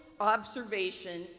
observation